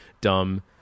dumb